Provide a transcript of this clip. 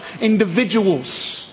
individuals